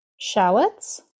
Shallots